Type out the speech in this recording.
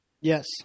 Yes